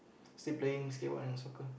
still playing skateboard and soccer